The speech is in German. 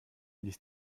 ließ